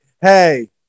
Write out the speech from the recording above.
hey